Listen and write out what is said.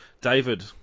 David